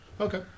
okay